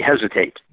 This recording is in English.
hesitate